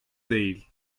değil